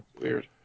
Weird